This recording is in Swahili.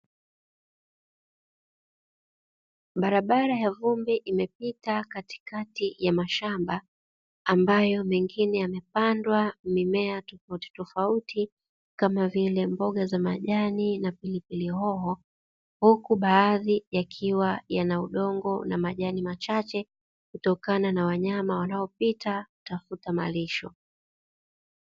Barabara ya vumbi imepita katikati ya mashamba ambayo mengine yamepandwa mimea tofautitofauti kama vile mboga za majani na pilipili hoho huku, baadhi ya kiwa yana udongo na majani machache kutokana na wanyama wanaopita kutafuta malisho.